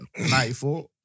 94